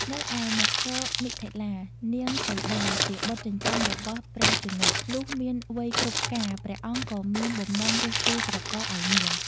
នៅឯនគរ មិថិលា នាងសីតាជាបុត្រចិញ្ចឹមរបស់ ព្រះជនក លុះមានវ័យគ្រប់ការ ព្រះអង្គក៏មានបំណងរើសគូស្រករអោយនាង។